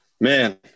man